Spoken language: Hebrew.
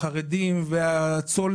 החרדים והצלה